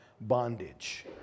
bondage